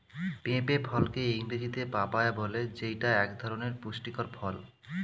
পেঁপে ফলকে ইংরেজিতে পাপায়া বলে যেইটা এক ধরনের পুষ্টিকর ফল